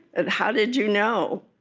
and how did you know?